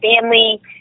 family